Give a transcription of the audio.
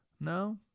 no